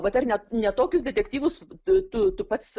vat ar net ne tokius detektyvus tu tu pats